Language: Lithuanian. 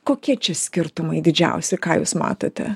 kokie čia skirtumai didžiausi ką jūs matote